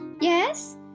Yes